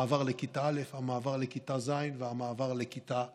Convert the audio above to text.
מעבר לכיתה א', המעבר לכיתה ז' והמעבר לכיתה י'